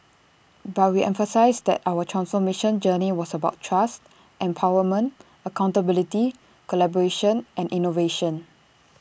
but we emphasised that our transformation journey was about trust empowerment accountability collaboration and innovation